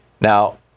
now